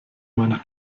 meiner